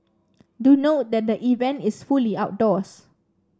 do note that the event is fully outdoors